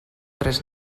tres